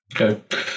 Okay